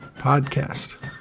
podcast